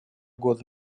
года